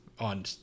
on